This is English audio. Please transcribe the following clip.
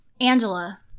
Angela